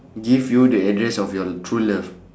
give you the address of your true love